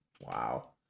Wow